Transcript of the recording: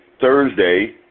Thursday